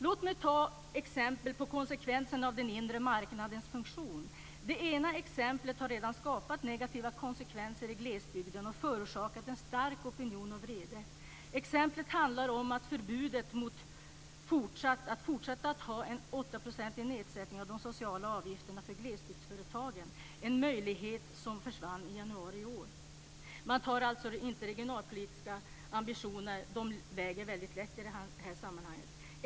Låt mig ta exempel på konsekvenserna av den inre marknadens funktion. Det ena exemplet har redan skapat negativa konsekvenser i glesbygden och förorsakat en stark opinion och vrede. Exemplet handlar om förbudet mot att fortsätta att ha en 8-procentig nedsättning av de sociala avgifterna för glesbygdsföretagen - en möjlighet som försvann i januari i år. Regionalpolitiska ambitioner väger alltså lätt i det här sammanhanget.